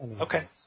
Okay